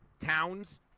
towns